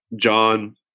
John